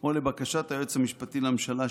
או לבקשת היועץ המשפטי לממשלה,